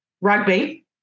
Rugby